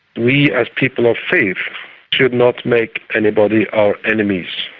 we as people of faith should not make anybody our enemies.